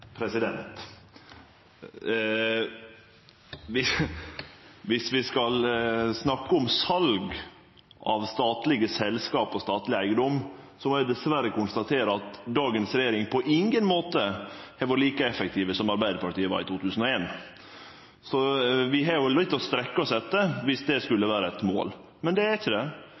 Viss vi skal snakke om sal av statlege selskap og statleg eigedom, må eg dessverre konstatere at dagens regjering på ingen måte har vore like effektiv som Arbeidarpartiet var i 2001. Vi har begynt å strekkje oss etter, viss det skulle vere eit mål. Men det er ikkje det.